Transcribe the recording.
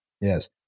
Yes